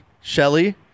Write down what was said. Shelly